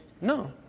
No